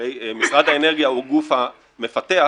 הרי משרד האנרגיה הוא הגוף המפתח,